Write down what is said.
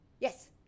yes